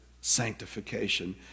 sanctification